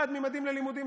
1. ממדים ללימודים.